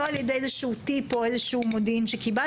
לא על ידי איזה שהוא טיפ או על ידי מודיעין שקיבלתם,